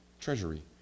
treasury